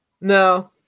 No